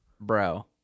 Bro